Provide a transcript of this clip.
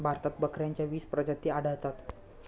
भारतात बकऱ्यांच्या वीस प्रजाती आढळतात